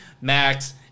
Max